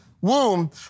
womb